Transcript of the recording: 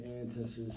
ancestors